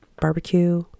barbecue